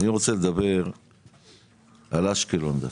אני רוצה לדבר דווקא על אשקלון.